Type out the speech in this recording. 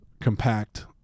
compact